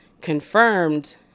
confirmed